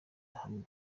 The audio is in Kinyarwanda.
hamwe